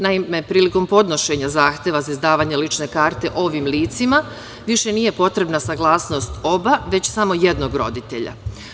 Naime, prilikom podnošenja zahteva za izdavanje lične karte ovim licima više nije potrebna saglasnost oba, već samo jednog roditelja.